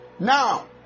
Now